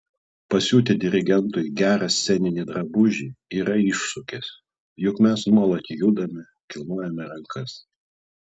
pasiūti dirigentui gerą sceninį drabužį yra iššūkis juk mes nuolat judame kilnojame rankas